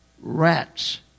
rats